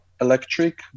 electric